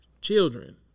children